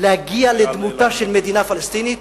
להגיע לדמותה של מדינה פלסטינית,